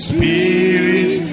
Spirit